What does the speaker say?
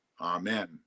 Amen